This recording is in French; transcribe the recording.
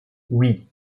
oui